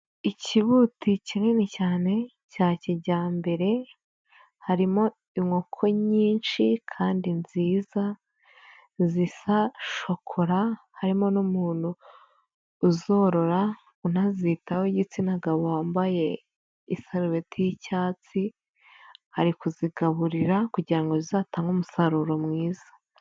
Ikibuti kinini cyane cya kijyambere harimo inkoko nyinshi kandi nziza zisashokora harimo n'umuntu uzorora unazitaho igitsina gabo wambaye isarubeti y'icyatsi, ari kuzigaburira kugirango ngo zi zatange umusaruro mwiza.